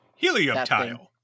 Helioptile